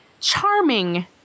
charming